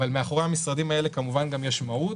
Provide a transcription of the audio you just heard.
אבל מאחורי המשרדים האלה כמובן שיש מהות.